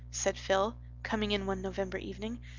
said phil, coming in one november evening,